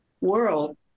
world